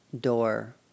door